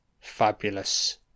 Fabulous